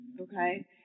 Okay